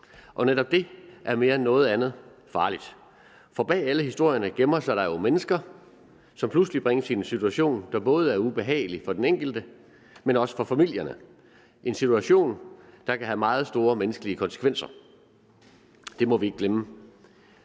Og netop det er mere end noget andet farligt. For bag alle historierne gemmer der sig jo mennesker, som pludselig bringes i en situation, der både er ubehagelig for den enkelte og for familierne, en situation, der kan have meget store menneskelige konsekvenser. Det må vi ikke glemme.